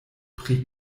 pri